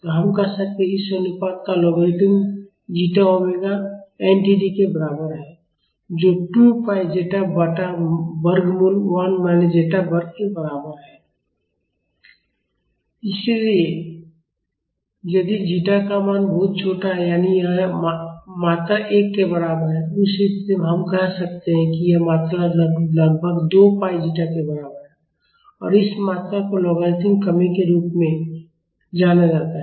तो हम कहते हैं कि इस अनुपात का लोगारित्म जीटा ओमेगा nTD के बराबर है जो 2 पाई ज़ेटा बटा वर्गमूल 1 माइनस ज़ेटा वर्ग के बराबर है δ ln इसलिए यदि जीटा का मान बहुत छोटा है यानी यह मात्रा 1 के बराबर है उस स्थिति में हम कह सकते हैं कि यह मात्रा लगभग 2 पाई जीटा के बराबर है और इस मात्रा को लोगारित्म कमी के रूप में जाना जाता है